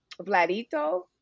Vladito